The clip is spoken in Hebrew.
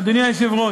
אדוני היושב-ראש,